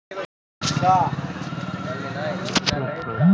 ये ढंग से खेती कइला से किसान कुल के लाभ होखे लागल बा